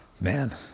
Man